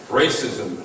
racism